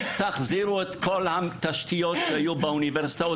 תחזירו את כל התשתיות שהיו באוניברסיטאות,